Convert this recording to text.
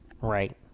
Right